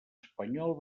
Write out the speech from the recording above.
espanyol